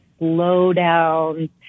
slowdowns